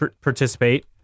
participate